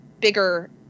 bigger